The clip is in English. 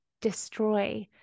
destroy